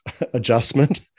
adjustment